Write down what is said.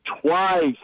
Twice